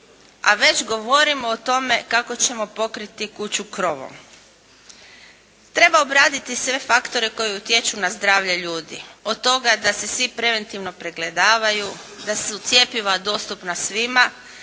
a već govorimo o tome kako ćemo pokriti kuću krovom. Treba obraditi sve faktore koji utječu na zdravlje ljudi, od toga da se svi preventivno pregledavaju, da su cjepiva dostupna svima,